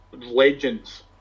legends